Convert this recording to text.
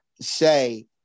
say